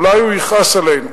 אולי הוא יכעס עלינו.